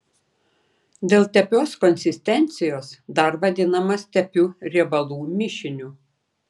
dėl tepios konsistencijos dar vadinamas tepiu riebalų mišiniu